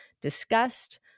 discussed